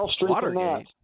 Watergate